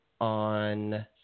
on